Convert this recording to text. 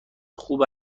خوب